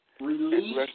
Release